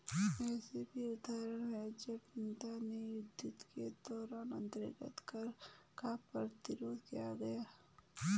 ऐसे भी उदाहरण हैं जब जनता ने युद्ध के दौरान अतिरिक्त कर का प्रतिरोध किया